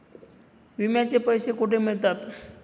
विम्याचे पैसे कुठे मिळतात?